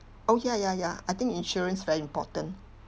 oh ya ya ya I think insurance very important